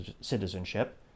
citizenship